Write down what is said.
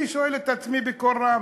אני שואל את עצמי בקול רם,